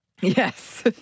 Yes